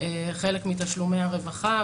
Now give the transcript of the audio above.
חלק מתשלומי הרווחה,